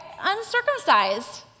uncircumcised